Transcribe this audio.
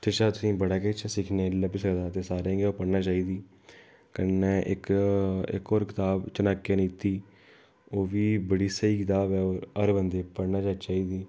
तुसें गी बड़ा किश सिक्खने गी लभना चाहिदा ते एह् सारें गी पढ़नी चाहिदी कन्नै इक होर कताब चनाक्य नीति बी बड़ी स्हेई कताब ऐ ते हर बंदे गी पढ़ना चाहिदा